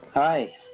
Hi